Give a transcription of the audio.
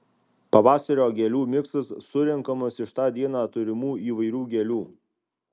pavasario gėlių miksas surenkamas iš tą dieną turimų įvairių gėlių